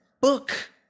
book